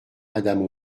madame